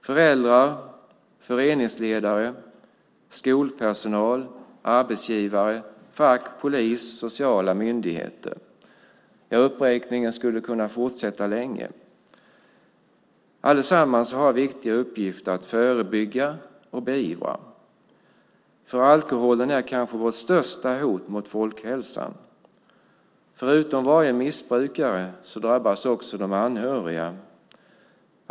Föräldrar, föreningsledare, skolpersonal, arbetsgivare, fack, polis, sociala myndigheter - uppräkningen skulle kunna fortsätta länge - har viktiga uppgifter att förebygga och beivra, för alkoholen är kanske vårt största hot mot folkhälsan. Förutom varje missbrukare drabbas också de anhöriga.